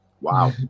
Wow